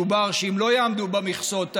מדובר בכך שאם לא יעמדו במכסות האלה,